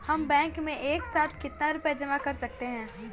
हम बैंक में एक साथ कितना रुपया जमा कर सकते हैं?